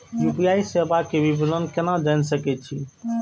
UPI सेवा के विवरण केना जान सके छी?